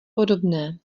podobné